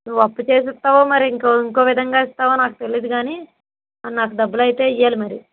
నువ్వు అప్పు చేసి ఇస్తావో మరి ఇంకో ఇంకో విధంగా ఇస్తావో తెలీదు కానీ నాకు డబ్బులైతే ఇవ్వాలి మరి